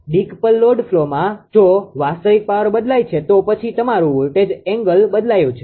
decouple load ફ્લોમાં જો વાસ્તવિક પાવર બદલાય છે તો પછી તમારું વોલ્ટેજ એંગલ બદલાયું છે